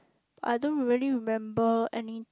I don't really remember any